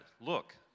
Look